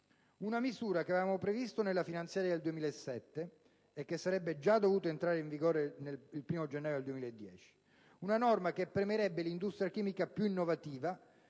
una misura che avevamo previsto nella finanziaria del 2007 e che sarebbe dovuta entrare in vigore già il 1° gennaio 2010. Si tratta di una norma che premierebbe l'industria chimica più innovativa,